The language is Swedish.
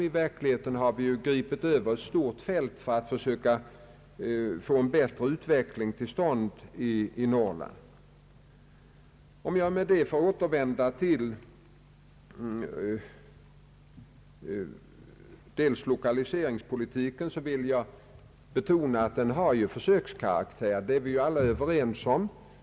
I verkligheten har vi ju gripit över ett stort fält för att försöka få en bättre utveckling till stånd i Norrland. Om jag efter detta får återvända till lokaliseringspolitiken, vill jag betona att den har försökskaraktär — det är vi alla överens om.